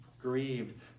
grieved